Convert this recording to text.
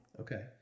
Okay